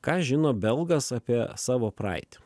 ką žino belgas apie savo praeitį